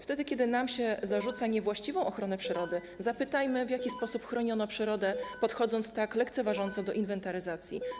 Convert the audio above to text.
Wtedy, kiedy nam się zarzuca niewłaściwą ochronę przyrody, zapytajmy, w jaki sposób chroniono przyrodę, podchodząc tak lekceważąco do inwentaryzacji.